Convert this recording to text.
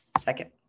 Second